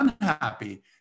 unhappy